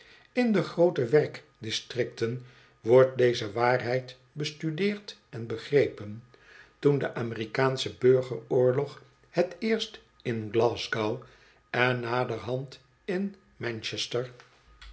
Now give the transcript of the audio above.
in de groote werkdistricten wordt deze waarheid bestudeerd en begrepen toen de amerikaansche burgeroorlog het eerst in glas go w en naderhand in manchester